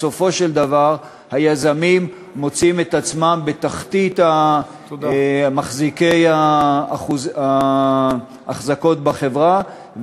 שבסופו של דבר היזמים מוצאים את עצמם בתחתית מחזיקי האחזקות בחברה,